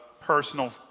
personal